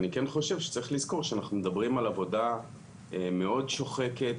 אני כן חושב שצריך לזכור שאנחנו מדברים על עבודה מאוד שוחקת,